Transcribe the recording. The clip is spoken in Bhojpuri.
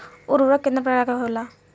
उर्वरक केतना प्रकार के होला?